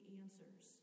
answers